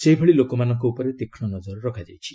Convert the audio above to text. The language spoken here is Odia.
ସେହିଭଳି ଲୋକମାନଙ୍କ ଉପରେ ତୀକ୍ଷ୍ମ ନଜର ରଖାଯାଇଛି